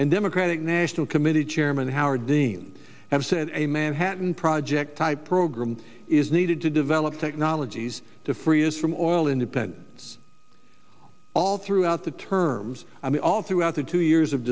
and democratic national committee chairman howard dean have said a manhattan project type program is needed to develop technologies to free us from all independence all throughout the terms i mean all throughout the two years of